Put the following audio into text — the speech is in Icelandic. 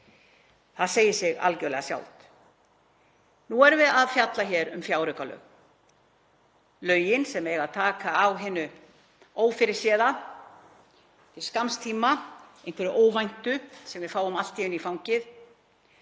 Það segir sig algjörlega sjálft. Nú erum við að fjalla hér um fjáraukalög, lögin sem eiga að taka á hinu ófyrirséða til skamms tíma, einhverju óvæntu sem við fáum allt í einu